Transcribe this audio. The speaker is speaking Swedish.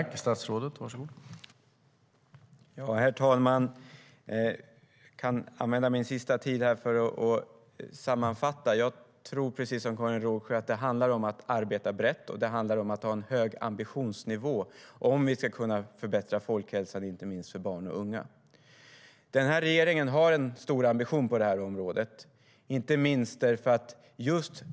Herr talman! Jag kan använda min sista debattid åt att sammanfatta. Jag tror, precis som Karin Rågsjö, att det handlar om att arbeta brett och att ha en hög ambitionsnivå om vi ska kunna förbättra folkhälsan, inte minst för barn och unga. Regeringen har en hög ambition på det här området.